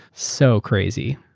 so crazy.